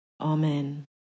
Amen